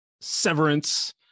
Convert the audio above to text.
severance